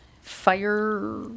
Fire